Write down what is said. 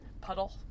puddle